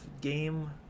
game